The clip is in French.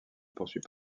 poursuit